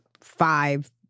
five